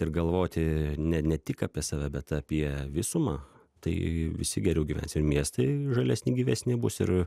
ir galvoti ne ne tik apie save bet apie visumą tai visi geriau gyvens ir miestai žalesni gyvesni bus ir